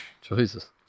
Jesus